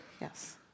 Yes